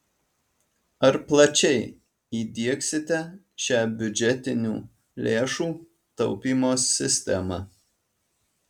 ar plačiai įdiegsite šią biudžetinių lėšų taupymo sistemą